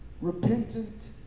repentant